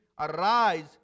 Arise